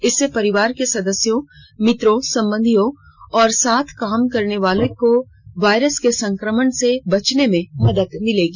इससे परिवार के सदस्यों मित्रों संबंधियों और साथ काम करने वालों को वायरस के संक्रमण से बचाने में मदद मिलेगी